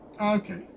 Okay